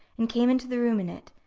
and came into the room in it,